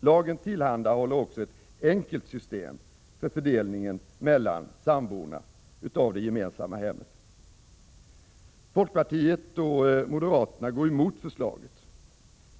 Lagen tillhandahåller också ett enkelt system för fördelningen mellan samborna av det gemensamma hemmet. Folkpartiet och moderaterna går emot förslaget.